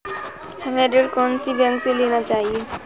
हमें ऋण कौन सी बैंक से लेना चाहिए?